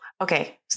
Okay